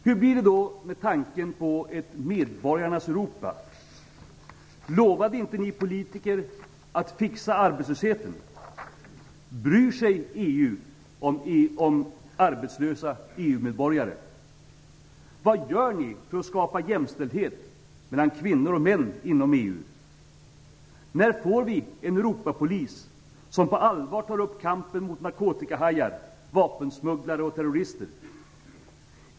"Hur blir det då med tanken på ett medborgarnas "Lovade inte ni politiker att fixa arbetslösheten?" "Vad gör ni för att skapa jämställdhet mellan kvinnor och män inom EU?" "När får vi en Europapolis som på allvar tar upp kampen mot narkotikahajar, vapensmugglare och terrorister?"